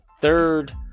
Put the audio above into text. third